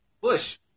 Push